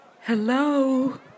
Hello